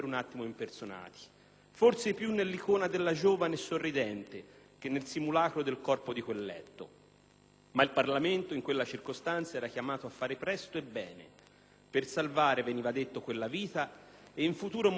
forse più nell'icona della giovane sorridente che nel simulacro del corpo che giaceva in quel letto. Ma il Parlamento in quella circostanza era chiamato a fare presto e bene per salvare - veniva detto - quella vita e in futuro molte altre come quella.